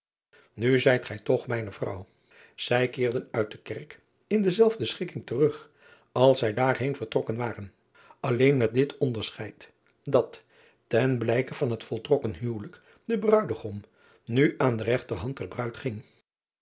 u zijt gij toch mijne vrouw ij keerden uit de kerk in dezelfde schikking terug als zij daarheen vertrokken waren alleen met dit onderscheid dat ten blijke van het voltrokken huwelijk de ruidegom nu aan de regterhand der ruid ging